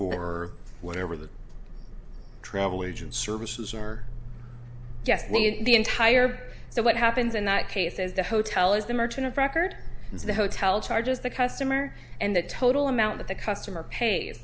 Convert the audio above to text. for whatever the travel agent services or just leave the entire so what happens in that case is the hotel is the merchant of record and so the hotel charges the customer and the total amount that the customer pay